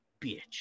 bitch